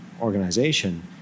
organization